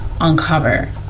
uncover